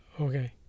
Okay